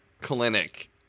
clinic